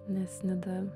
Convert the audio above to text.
nes nida